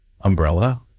umbrella